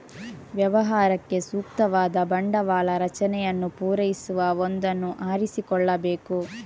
ವ್ಯವಹಾರಕ್ಕೆ ಸೂಕ್ತವಾದ ಬಂಡವಾಳ ರಚನೆಯನ್ನು ಪೂರೈಸುವ ಒಂದನ್ನು ಆರಿಸಿಕೊಳ್ಳಬೇಕು